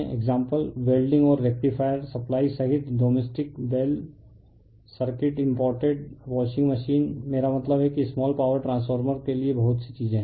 example welding और rectifier supply सहित domestic bell circuit imported washing machine मेरा मतलब है कि स्माल पॉवर ट्रांसफार्मर के लिए बहुत सी चीजें हैं